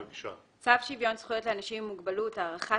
צו שוויון זכויות לאנשים עם מוגבלות (הארכת